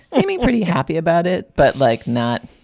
i mean, pretty happy about it, but like, not